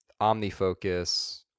OmniFocus